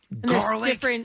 garlic